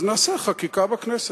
אז נעשה חקיקה בכנסת.